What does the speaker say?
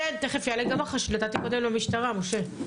כן, תיכף יעלה גם מח"ש, נתתי קודם למשטרה, משה.